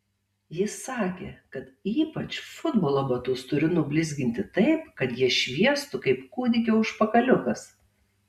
jis sakė kad ypač futbolo batus turiu nublizginti taip kad jie šviestų kaip kūdikio užpakaliukas